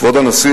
"כבוד הנשיא,